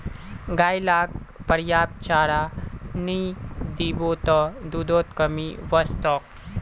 गाय लाक पर्याप्त चारा नइ दीबो त दूधत कमी वस तोक